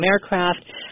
aircraft